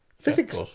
Physics